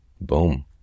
boom